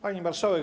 Pani Marszałek!